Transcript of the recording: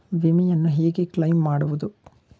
ವಿಮೆಯನ್ನು ಹೇಗೆ ಕ್ಲೈಮ್ ಮಾಡುವುದು?